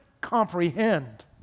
comprehend